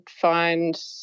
find